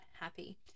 happy